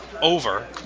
over